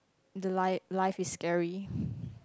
the li~ life is scary